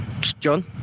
John